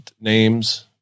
names